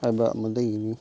ꯍꯥꯏꯕ ꯑꯃ ꯂꯩꯒꯅꯤ